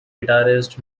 guitarist